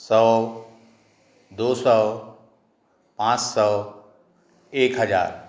सौ दो सौ पाँच सौ एक हजार